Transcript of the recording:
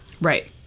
Right